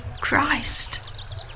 Christ